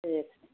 ए